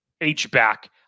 H-back